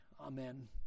Amen